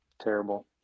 Terrible